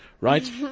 right